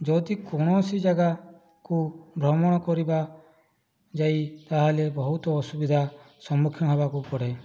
ଯଦି କୌଣସି ଜାଗାକୁ ଭ୍ରମଣ କରିବା ଯାଇ ତା'ହେଲେ ବହୁତ ଅସୁବିଧା ସମ୍ମୁଖୀନ ହେବାକୁ ପଡ଼େ